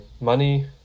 money